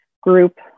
group